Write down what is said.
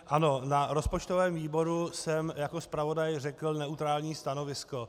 Ano, na rozpočtovém výboru jsem jako zpravodaj řekl neutrální stanovisko.